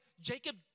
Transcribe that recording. Jacob